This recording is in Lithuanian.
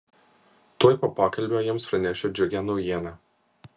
tuoj po pokalbio jiems pranešiau džiugią naujieną